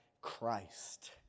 Christ